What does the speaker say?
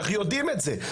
אנחנו יודעים את זה,